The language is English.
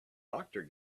doctor